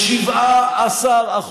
ב-17%.